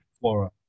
flora